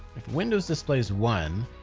if windows displays one,